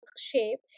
shape